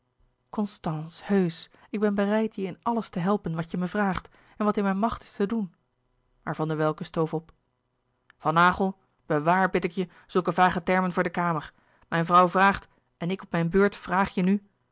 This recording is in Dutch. constance heusch ik ben bereid je in alles te helpen wat je me vraagt en wat in mijn macht is te doen maar van der welcke stoof op van naghel bewaar bid ik je zulke vage termen voor de kamer mijn vrouw vraagt en ik op mijn beurt vraagje nu